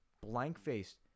blank-faced